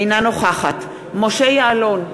אינה נוכחת משה יעלון,